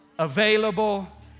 Available